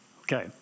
Okay